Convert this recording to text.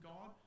God